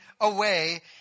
away